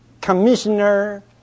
commissioner